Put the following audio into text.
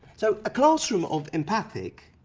so, a classroom of empathic,